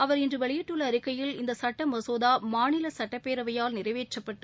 அவர் இன்று வெளியிட்டுள்ள அறிக்கையில் இந்த சுட்ட மசோதா மாநில சுட்டப்பேரவையால் நிறைவேற்றப்பட்டு